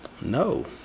No